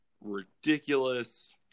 ridiculous